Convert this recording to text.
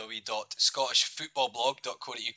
www.scottishfootballblog.co.uk